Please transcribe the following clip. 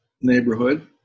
neighborhood